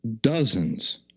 dozens